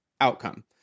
outcome